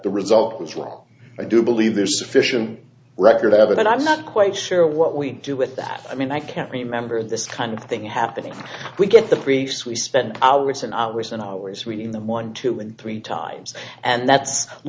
the result was wrong i do believe there's sufficient record of it and i'm not quite sure what we do with that i mean i can't remember this kind of thing happening we get the briefs we spent hours and hours and hours we need them one two and three times and that's